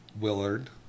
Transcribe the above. Willard